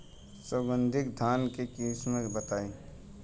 सुगंधित धान के किस्म बताई?